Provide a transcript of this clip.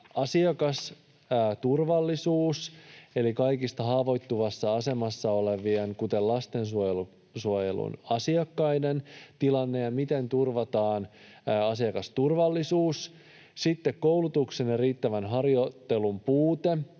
asiakasturvallisuus eli kaikista haavoittuvimmassa asemassa olevien, kuten lastensuojelun asiakkaiden, tilanne ja se, miten turvataan asiakasturvallisuus. Sitten koulutuksen ja riittävän harjoittelun puute